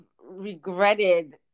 regretted